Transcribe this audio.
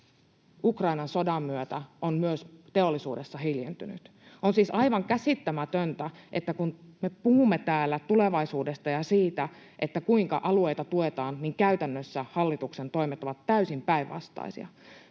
Ukrainan sodan myötä on myös teollisuudessa hiljentynyt. On siis aivan käsittämätöntä, että kun me puhumme täällä tulevaisuudesta ja siitä, kuinka alueita tuetaan, niin käytännössä hallituksen toimet ovat täysin päinvastaisia.